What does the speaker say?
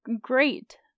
great